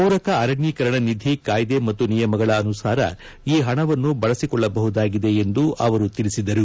ಪೂರಕ ಅರಣ್ಲೀಕರಣ ನಿಧಿ ಕಾಯ್ದೆ ಮತ್ತು ನಿಯಮಗಳ ಅನುಸಾರ ಈ ಹಣವನ್ನು ಬಳಸಿಕೊಳ್ಳಬಹುದಾಗಿದೆ ಎಂದು ಅವರು ತಿಳಿಸಿದರು